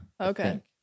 Okay